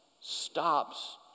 stops